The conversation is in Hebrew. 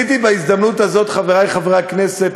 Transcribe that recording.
חברי חברי הכנסת,